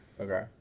Okay